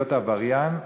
להיות עבריין,